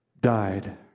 died